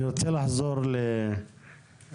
אני מבקש לחזור לאסנת.